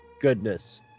goodness